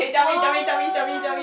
!wah!